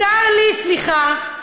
סליחה,